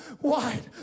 wide